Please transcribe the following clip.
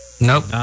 Nope